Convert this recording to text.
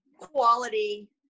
quality